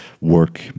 work